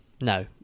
No